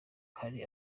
hari